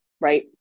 right